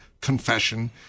confession